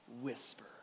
whisper